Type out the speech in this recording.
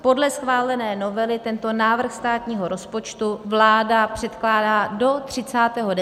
Podle schválené novely tento návrh státního rozpočtu vláda předkládá do 30. 10.